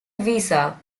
visa